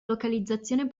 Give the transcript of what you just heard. localizzazione